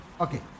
okay